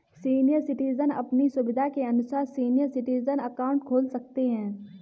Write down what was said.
senior citizen अपनी सुविधा के अनुसार सीनियर सिटीजन अकाउंट खोल सकते है